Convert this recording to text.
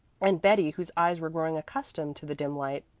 and betty, whose eyes were growing accustomed to the dim light,